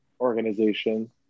organization